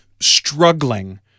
struggling